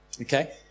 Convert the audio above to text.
okay